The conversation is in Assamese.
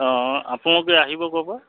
অঁ আপোনলোকে আহিব ক'ৰ পৰা